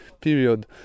period